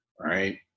Right